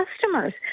customers